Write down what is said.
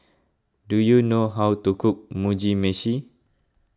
do you know how to cook Mugi Meshi